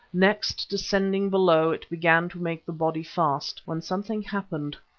next, descending below, it began to make the body fast, when something happened.